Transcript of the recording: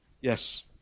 Yes